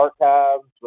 archives